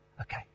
Okay